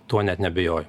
tuo net neabejoju